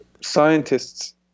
scientists